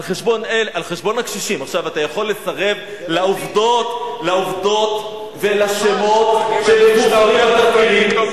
אתה יכול לסרב לעובדות ולשמות שמפורסמים בתחקירים.